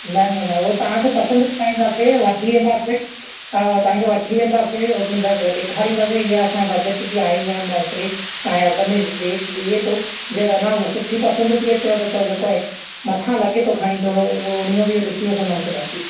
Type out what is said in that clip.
न न न उहो तव्हां खे पसंदि कराईंदासीं वठी वेंदासीं तव्हां तव्हां खे वठी वेंदासीं हुनखे ॾेखारींदासीं इहा असांजे बजट जी आहे या नथी तव्हां जे अघ में बीहे बीहे थो जीअं अञां सुठी पसंदि थी अचेव त जेको मथां लॻे थो खणी थोरो उहो उणिवीहो वीहों ॾिसी वठंदासीं बाक़ी